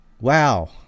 wow